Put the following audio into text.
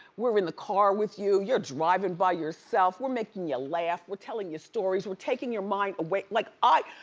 we're we're in the car with you, you're driving by yourself, we're making you laugh, we're telling you stories, we're taking your mind away. like, i